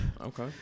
Okay